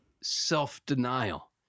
self-denial